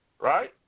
Right